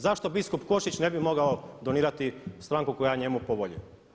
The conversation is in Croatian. Zašto biskup Košić ne bi mogao donirati stranku koja je njemu po volji?